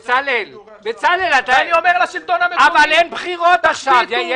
בצלאל, אבל אין בחירות עכשיו.